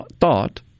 thought